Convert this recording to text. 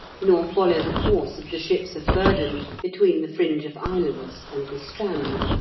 nor follow the course of the ships of burden between the fringe of islands and the strand.